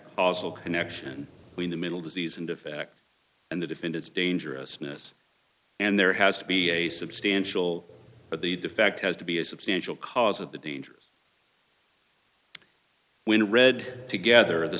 causal connection between the middle disease and defect and the defendant's dangerousness and there has to be a substantial but the defect has to be a substantial cause of the danger when read together the